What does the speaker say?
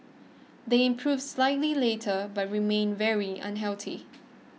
they improved slightly later but remained very unhealthy